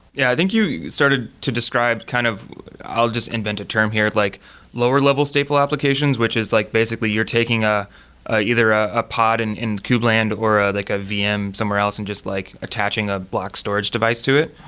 yeah, i think you started to describe kind of i'll just i'll just invent a term here, like lower level stateful applications, which is like basically you're taking a a either a a pod in in kube land, or a like a vm somewhere else and just like attaching a block storage device to it.